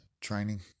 training